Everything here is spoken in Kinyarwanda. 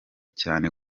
cyane